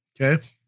Okay